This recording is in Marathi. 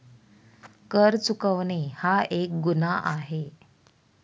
कर चुकवणे हा एक गुन्हा आहे